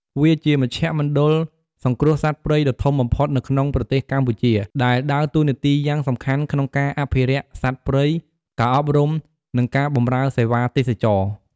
វាជាមជ្ឈមណ្ឌលសង្គ្រោះសត្វព្រៃដ៏ធំបំផុតនៅក្នុងប្រទេសកម្ពុជា ដែលដើរតួនាទីយ៉ាងសំខាន់ក្នុងការអភិរក្សសត្វព្រៃ ការអប់រំ និងការបម្រើសេវាទេសចរណ៍។